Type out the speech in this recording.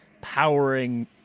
powering